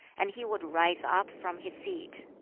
and he would rise up from his seat.